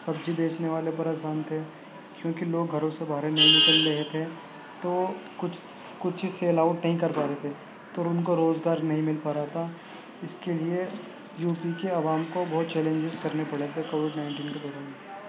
سبزی بیچنے والے پریسان تھے کیونکہ لوگ گھروں سے باہر نہیں نکل رہے تھے تو کچھ کچھ سیل آؤٹ نہیں کر پا رہے تھے تو ان کو روزگار نہیں مل پا رہا تھا اس کے لیے یو پی کے عوام کو بہت چیلنجز کرنے پڑے تھے کووڈ نائنٹین کے دوران